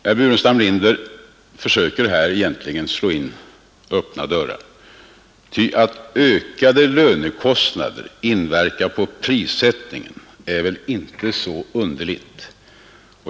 Herr Burenstam Linder försöker här egentligen slå in öppna dörrar, ty att ökade lönekostnader inverkar på prissättningen är väl inte så underligt.